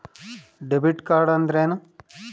Debit card ಅಂದ್ರೇನು?